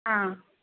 ஆ